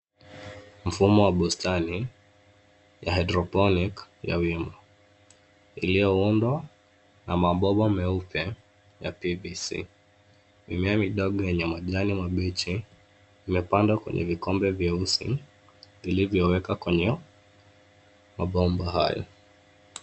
Mfumo wa bustani, ya hydroponic , ya wima. Iliyoundwa na mabomba meupe, ya PVC. Mimea midogo yenye majani mabichi, imepandwa kwenye vikombe vyeusi, vilivyowekwa kwenye, mabomba hayo.